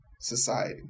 society